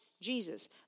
Jesus